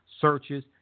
searches